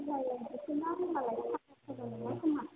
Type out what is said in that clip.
नङा खोमा